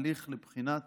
בהליך לבחינת